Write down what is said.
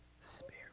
Spirit